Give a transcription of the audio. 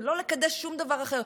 זה לא לקדש שום דבר אחר.